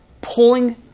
pulling